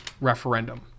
referendum